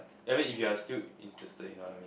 I mean if you are still interested you know what I mean